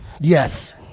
Yes